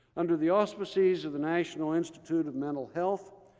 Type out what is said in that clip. under the auspices of the national institute of mental health,